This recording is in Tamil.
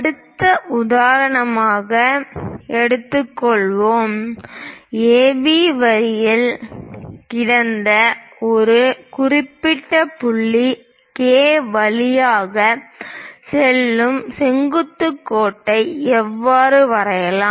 அடுத்த உதாரணத்தை எடுத்துக் கொள்வோம் ஏபி வரியில் கிடந்த ஒரு குறிப்பிட்ட புள்ளி கே வழியாக செல்லும் செங்குத்து கோட்டை எவ்வாறு வரையலாம்